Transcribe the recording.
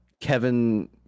Kevin